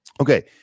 Okay